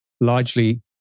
largely